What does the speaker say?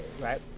right